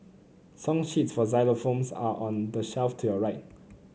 song sheets for xylophones are on the shelf to your right